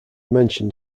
mentioned